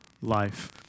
life